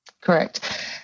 Correct